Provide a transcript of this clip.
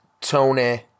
Tony